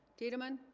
tiedemann